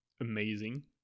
amazing